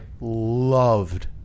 loved